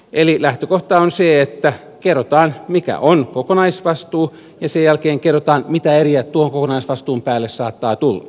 eli lähtökohta on se että kerrotaan mikä on kokonaisvastuu ja sen jälkeen kerrotaan mitä eriä tuon kokonaisvastuun päälle saattaa tulla